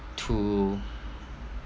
to